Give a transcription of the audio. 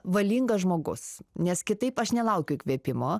valingas žmogus nes kitaip aš nelaukiu įkvėpimo